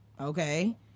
okay